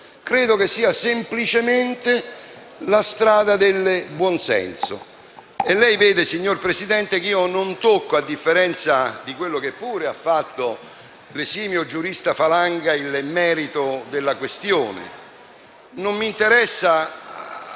Credo che sia semplicemente la strada del buonsenso.